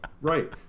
right